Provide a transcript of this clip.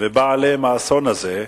ובא עליהם האסון הזה.